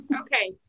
Okay